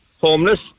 homeless